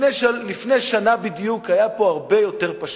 לפני שנה בדיוק היה פה הרבה יותר פשוט,